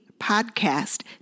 Podcast